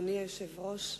אדוני היושב-ראש,